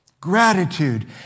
Gratitude